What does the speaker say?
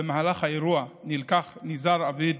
במהלך האירוע נלקח ניזאר עביד,